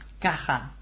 caja